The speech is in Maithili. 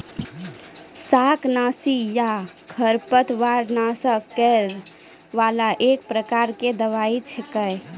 शाकनाशी या खरपतवार नाश करै वाला एक प्रकार के दवाई छेकै